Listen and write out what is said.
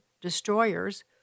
destroyers